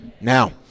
Now